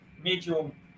medium